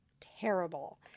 terrible